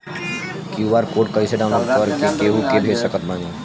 QR code कइसे download कर के केहु के भेज सकत बानी?